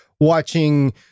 watching